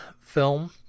film